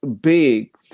big